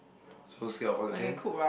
whole scale of one to ten